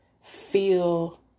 feel